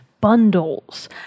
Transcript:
Bundles